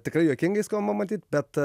tikrai juokingai skamba matyt bet